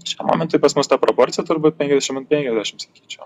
šiam momentui pas mus ta proporcija turbūt penkiasdešim an penkiasdešim sakyčiau